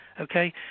okay